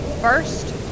First